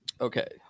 Okay